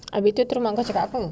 habis tu mak cakap apa